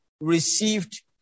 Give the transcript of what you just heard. received